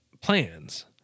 plans